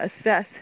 assess